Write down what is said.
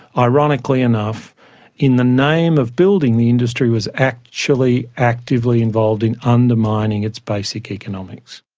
ironically enough in the name of building the industry was actually actively involved in undermining its basic economics.